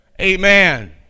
Amen